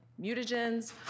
mutagens